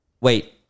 Wait